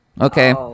Okay